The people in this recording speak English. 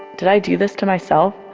did i do this to myself?